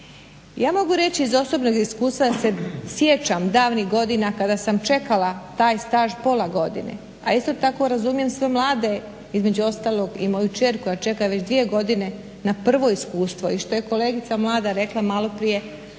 Ja mogu reći, iz osobnog iskustva da se sjećam davnih godina kada sam čekala taj staž pola godine, a isto tako razumijem sve mlade, između ostalog i moju kćer koja čeka već dvije godine na prvo iskustvo i što je kolegica mlada rekla, maloprije,